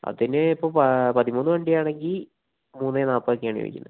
അതിന് ഇപ്പോൾ പ പതിമൂന്ന് വണ്ടി ആണെങ്കിൽ മൂന്ന് നാൽപ്പത് ഒക്കെ ആണ് വരുന്നത്